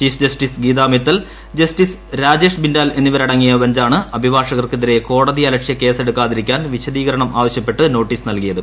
chief justice Gita Mittal justice Rajesh Bindal എന്നിവരടങ്ങിയ ബഞ്ചാണ് അഭിഭാഷകർക്കെതിരെ കോടതി അലക്ഷ്യ കേസെടുക്കാതിരിക്കാൻ വിശദീകരണം ആവശ്യപ്പെട്ട് നോട്ടീസ് നൽകിയത്